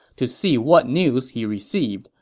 to see what news he received,